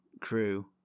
crew